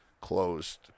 closed